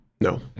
No